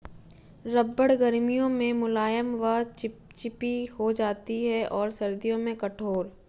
रबड़ गर्मियों में मुलायम व चिपचिपी हो जाती है और सर्दियों में कठोर